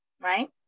right